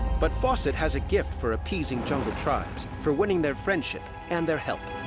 but fawcett has a gift for appeasing jungle tribes, for winning their friendship and their help.